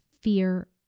fear